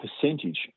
percentage